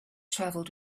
travelled